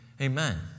Amen